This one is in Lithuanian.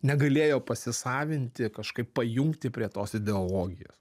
negalėjo pasisavinti kažkaip pajungti prie tos ideologijos